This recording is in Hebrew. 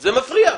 את מפריעה.